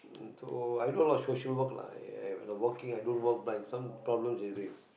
so i do a lot of social work lah err when they working i don't work some problems